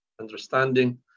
understanding